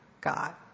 God